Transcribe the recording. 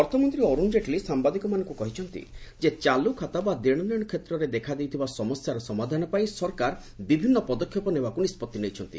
ଅର୍ଥମନ୍ତ୍ରୀ ଅର୍ଥଣ ଜେଟଲୀ ସାମ୍ଭାଦିକମାନଙ୍କୁ କହିଛନ୍ତି ଯେ ଦେଣନେଣ କ୍ଷେତ୍ରେ ଦେଖାଦେଇଥିବା ସମସ୍ୟାର ସମାଧାନ ପାଇଁ ସରକାର ବିଭିନ୍ନ ପଦକ୍ଷେପ ନେବାକୁ ନିଷ୍ପଭି ନେଇଛନ୍ତି